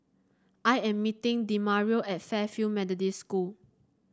I am meeting Demario at Fairfield Methodist School